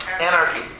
anarchy